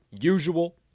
usual